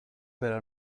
pero